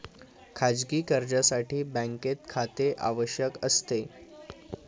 खाजगी कर्जासाठी बँकेत खाते आवश्यक असते